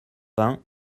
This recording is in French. vingt